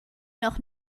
noch